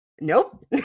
Nope